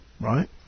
Right